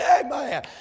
Amen